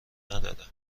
نداره